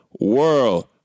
World